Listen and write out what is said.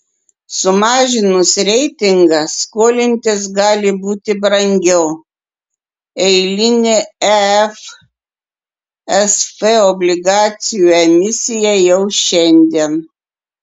sumažinus reitingą skolintis gali būti brangiau eilinė efsf obligacijų emisija jau šiandien